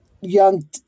Young